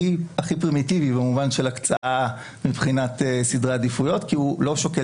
פרימיטיבי במובן שלהקצאה מבחינת סדרי עדיפויות כי הוא לא שוקל